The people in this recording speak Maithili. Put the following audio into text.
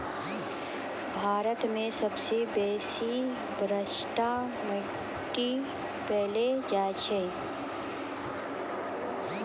भारत मे सबसे बेसी भसाठ मट्टी पैलो जाय छै